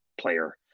player